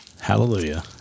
Hallelujah